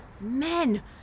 Men